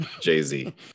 Jay-Z